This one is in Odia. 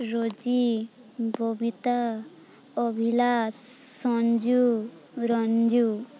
ରୋଜି ବବିତା ଅଭିଲାସ ସଞ୍ଜୁ ରଞ୍ଜୁ